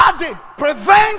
prevent